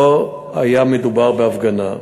לא היה מדובר בהפגנה.